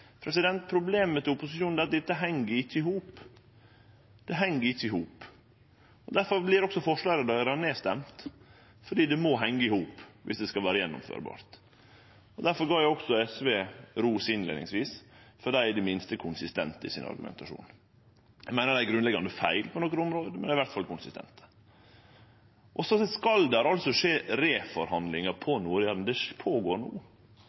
Problemet til opposisjonen er at dette heng ikkje i hop. Det heng ikkje i hop, og difor vert også forslaga deira stemte ned, for det må hengje i hop dersom det skal vere gjennomførbart. Difor gav eg i innleiinga ros til SV, for dei er i det minste konsistente i argumentasjonen sin. Eg meiner det er grunnleggjande feil på nokre område, men det er i alle fall konsistent. Det skal altså vere reforhandlingar på Nord-Jæren. Det er i gang no.